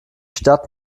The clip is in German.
stadt